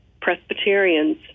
Presbyterians